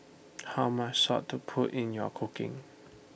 how much salt to put in your cooking